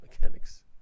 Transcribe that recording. mechanics